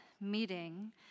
meeting